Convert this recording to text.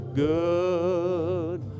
good